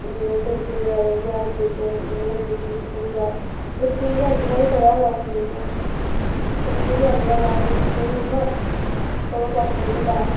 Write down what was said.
इ'यां तुलसी बगैरा बी ऐ कुछ इं'दे कन्नै बी किश होंदा बच्चें गी ते अजकल्ल पता गै कक्ख निं ऐ बच्चे बी अजकल्ल आखदे कि नेईं मम्मा चलो डाक्टर के पास